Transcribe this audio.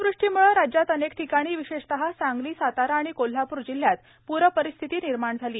अतिवृष्टीमुळे राज्यात अनेक ठिकाणी विशेषतः सांगली सातारा आणि कोल्हापूर जिल्ह्यात पूरपरिस्थिती निर्माण झाली आहे